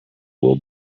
will